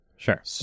Sure